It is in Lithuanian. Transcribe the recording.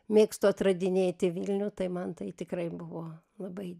mėgstu atradinėti vilnių tai man tai tikrai buvo labai